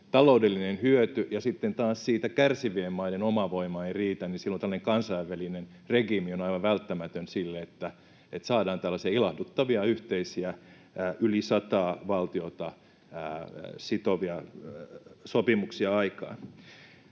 taloudellinen hyöty ja sitten taas siitä kärsivien maiden oma voima ei riitä, niin silloin tällainen kansainvälinen regiimi on aivan välttämätön siinä, että saadaan tällaisia ilahduttavia yhteisiä, yli sataa valtiota sitovia sopimuksia aikaan.